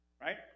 Right